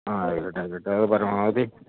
ആയിക്കോട്ടെ ആയിക്കോട്ടെ പരമാവധി